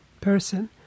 person